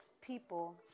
people